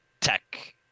tech